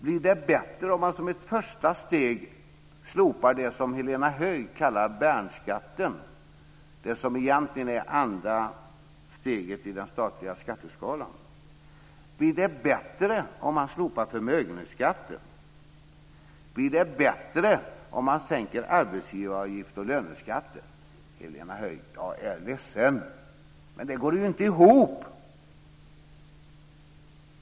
Blir det bättre om man som ett första steg slopar det som Helena Höij kallar värnskatten, det som egentligen är andra steget i den statliga skatteskalan? Blir det bättre om man slopar förmögenhetsskatten? Blir det bättre om man sänker arbetsgivaravgifter och löneskatter? Helena Höij! Jag är ledsen, men det går inte ihop.